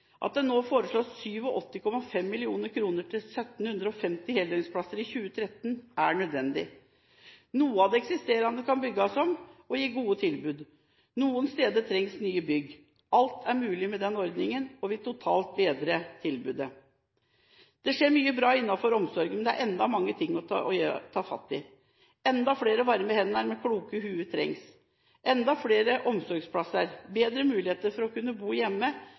At det nå foreslås 87,5 mill. kr til 1 750 heldøgns plasser i 2013, er nødvendig. Noe av det eksisterende kan bygges om og gi gode tilbud. Noen steder trengs nye bygg. Alt er mulig med den ordningen, og vil totalt bedre tilbudet. Det skjer mye bra innenfor omsorgen, men det er enda mange ting å ta fatt i. Enda flere varme hender og kloke hoder trengs, enda flere omsorgsplasser, bedre muligheter for å kunne bo hjemme,